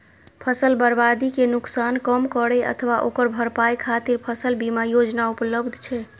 फसल बर्बादी के नुकसान कम करै अथवा ओकर भरपाई खातिर फसल बीमा योजना उपलब्ध छै